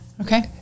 Okay